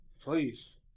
Please